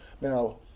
now